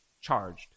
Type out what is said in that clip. charged